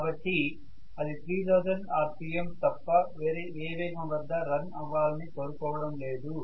కాబట్టి అది 3000 rpm తప్ప వేరే ఏ వేగం వద్ద రన్ అవ్వాలని కోరుకోవడం లేదు